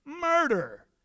murder